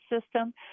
system